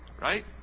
right